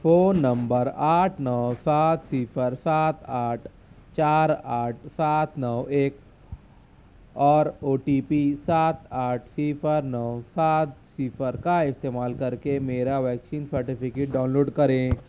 phone نمبر آٹھ نو سات صفر سات آٹھ چار آٹھ سات نو ایک اور او ٹی پی سات آٹھ صفر نو سات صفر کا استعمال کر کے میرا ویکسین سرٹیفکیٹ ڈاؤن لوڈ کریں